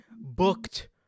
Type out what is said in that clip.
booked